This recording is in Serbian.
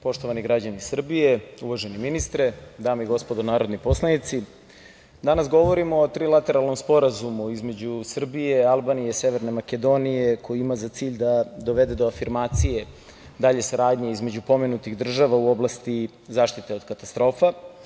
Poštovani građani Srbije, uvaženi ministre, dame i gospodo narodni poslanici, danas govorimo o trilateralnom sporazumu između Srbije, Albanije i Severne Makedonije, koji ima za cilj da dovede do afirmacije dalje saradnje između pomenutih država u oblasti zaštite od katastrofa.